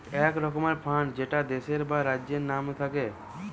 এক রকমের ফান্ড যেটা দেশের বা রাজ্যের নাম থাকে